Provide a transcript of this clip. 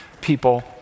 people